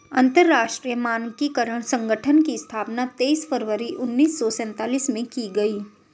अंतरराष्ट्रीय मानकीकरण संगठन की स्थापना तेईस फरवरी उन्नीस सौ सेंतालीस में की गई